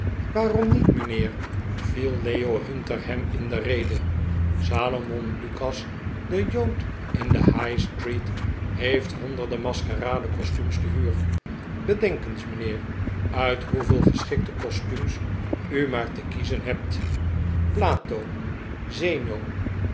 waarom niet mijnheer viel leo hunter hem in de rede salomon lucas de jood in de highstreet heeft honderden maskeradecostuums te huur bedenk eens mijnheer uit hoeveel geschikte costuums u maar te kiezen hebt plato zeno